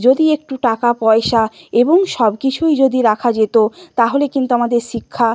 যদি একটু টাকা পয়সা এবং সব কিছুই যদি রাখা যেত তাহলে কিন্তু আমাদের শিক্ষা